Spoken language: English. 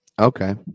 Okay